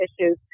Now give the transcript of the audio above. issues